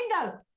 window